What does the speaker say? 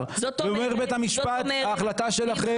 ואומר בית המשפט: ההחלטה שלכם לא סבירה.